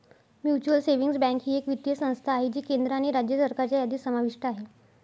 mutual savings bank ही एक वित्तीय संस्था आहे जी केंद्र आणि राज्य सरकारच्या यादीत समाविष्ट आहे